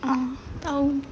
ah [tau]